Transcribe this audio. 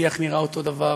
השיח נראה אותו דבר.